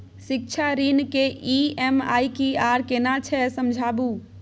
शिक्षा ऋण के ई.एम.आई की आर केना छै समझाबू?